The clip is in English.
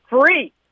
free